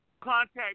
contact